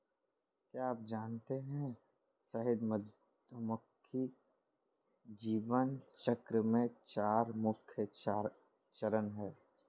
क्या आप जानते है शहद मधुमक्खी जीवन चक्र में चार मुख्य चरण है?